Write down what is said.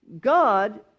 God